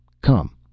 Come